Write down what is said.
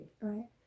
right